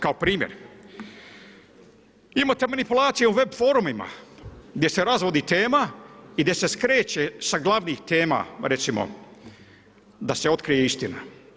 Kao premijer, imate manipulacije u web forumima, gdje se zavodi tema i gdje se skreće sa glavnih tema recimo, da se otkrije istina.